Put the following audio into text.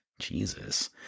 Jesus